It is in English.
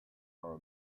our